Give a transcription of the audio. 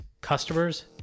customers